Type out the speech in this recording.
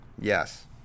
Yes